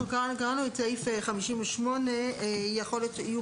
קראנו את סעיף 58. יכול להיות שיהיו